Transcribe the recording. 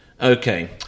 okay